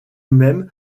même